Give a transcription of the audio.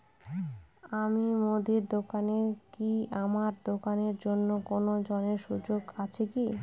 আমি মুদির দোকান করি আমার দোকানের জন্য কোন ঋণের সুযোগ আছে কি?